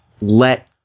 let